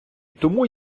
тому